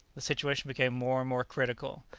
the situation became more and more critical.